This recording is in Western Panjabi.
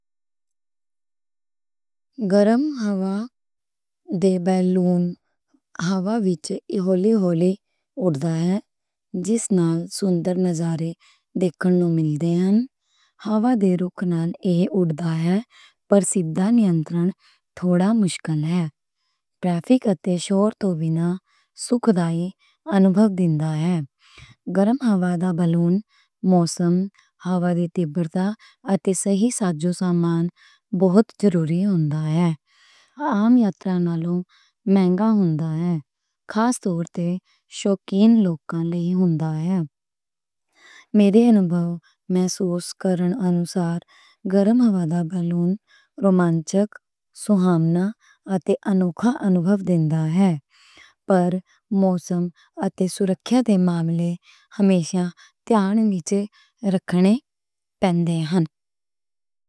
گرم ہوا دے بیلون ہوا وچ ہولی ہولی اُڑدا ہے۔ جس نال سُندر نظارے دیکھݨوں مل دے ہن۔ ہوا دے رُخ نال ایہ اُڑدا ہے۔ پر سِدھا نینترن تھوڑا مشکل ہے۔ ٹریفِک اتے شور توں بِنا سُکھ دائی انُبھَو دیندا ہے۔ گرم ہوا دا بیلون، موسم، ہوا دی تیزی اتے صحیح سازوسامان بہت ضروری ہُندا ہے۔ عام یاترا نالوں مَہِنگا ہُندا ہے۔ میرے انُبھَو محسوس کرن انُسار گرم ہوا دا بیلون، رومانچک، سہامنا اتے انوکھا انُبھَو دیندا ہے۔ پر موسم اتے سرکھیا دے ماملے ہمیشہ دھیان اندر رکھݨے پیندے ہن۔